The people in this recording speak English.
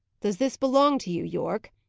does this belong to you, yorke?